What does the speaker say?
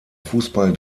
fußball